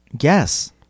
Yes